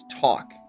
Talk